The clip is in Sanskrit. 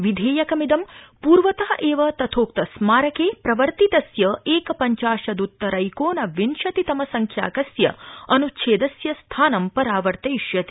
विधेयकमिंद पूर्वत एव तथोक्त स्मारके प्रवर्तितस्य एकपंचा शद्त्तरैकोनविंशतितम संख्याकस्य अनुच्छेदस्य स्थानं परावर्तयिष्यति